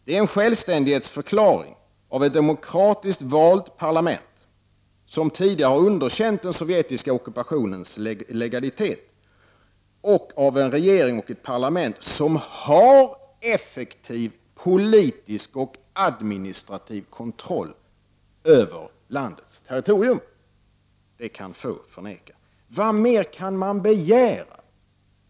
Det är en självständighetsförklaring av ett demokratiskt valt parlament som tidigare har underkänt den sovjetiska ockupationens legalitet — och av en regering och ett parlament som har effektiv politisk och administrativ kontroll över landets territorium. Det kan få förneka. Vad mer kan man begära?